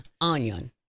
Onion